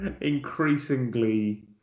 Increasingly